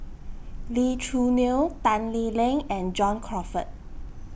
Lee Choo Neo Tan Lee Leng and John Crawfurd